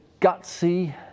gutsy